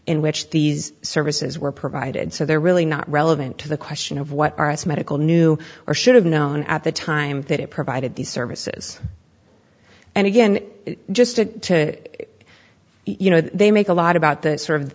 which these services were provided so they're really not relevant to the question of what are its medical knew or should have known at the time that it provided these services and again just to you know they make a lot about the sort of